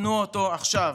תנו אותו עכשיו.